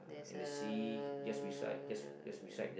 there's a